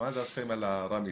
מה דעתכם על הרמיטק?